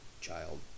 child